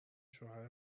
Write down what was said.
شوهر